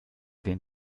den